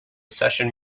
session